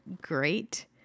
great